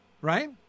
Right